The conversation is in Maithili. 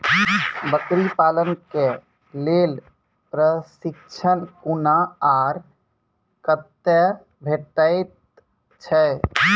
बकरी पालन के लेल प्रशिक्षण कूना आर कते भेटैत छै?